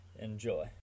Enjoy